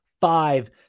five